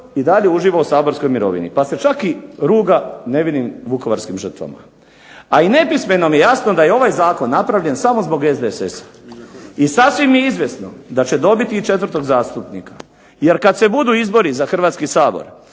i dalje uživa u saborskoj mirovini pa se čak i ruga nevinim vukovarskim žrtvama. A i nepismenom je jasno da je ovaj zakon napravljen samo zbog SDSS-a i sasvim je izvjesno da će dobiti i četvrtog zastupnika. Jer kad se budu izbori za Hrvatski sabor